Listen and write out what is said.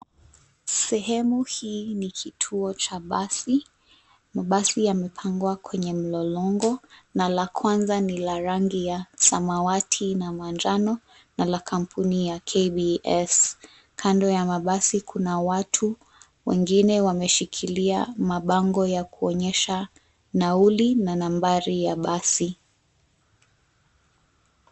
Sehemu hii ni kituo cha basi. Mabasi yamepangwa kwenye mlolongo na la kwanza ni la rangi ya samawati na manjano na la kampuni la KBS.Kando kauna watu ,wengine wameshikilia mabango ya kuonyesha nauli na nambari ya basi.